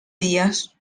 días